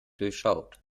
durchschaut